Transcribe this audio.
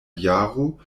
jaro